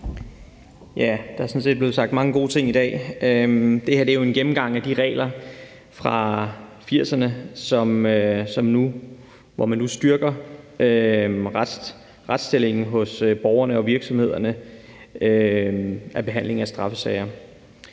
Tak. Der er sådan set blevet sagt mange gode ting i dag. Det her er jo en gennemgang af regler fra 1980'erne, hvor man nu styrker retsstillingen for borgere og virksomheder i behandlingen af straffesager.